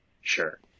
sure